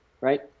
right